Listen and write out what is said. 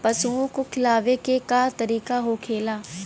पशुओं के खिलावे के का तरीका होखेला?